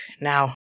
now